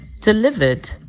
delivered